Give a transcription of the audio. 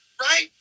right